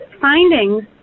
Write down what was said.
findings